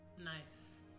nice